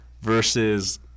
versus